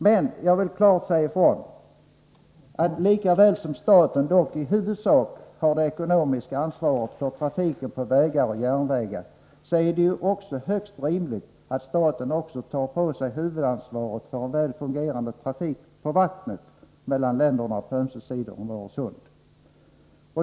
Men jag vill klart säga ifrån, att likaväl som staten i huvudsak har det ekonomiska ansvaret för trafiken på vägar och järnvägar är det högst rimligt att staten även tar på sig huvudansvaret för en väl fungerande trafik på vattnet mellan länderna på ömse sidor av Öresund.